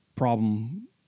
problem